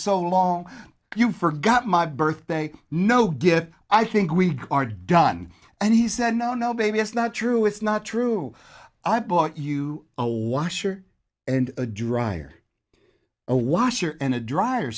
so long you forgot my birthday no good i think we are done and he said no no baby it's not true it's not true i bought you a washer and dryer a washer and a dryer